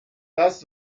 das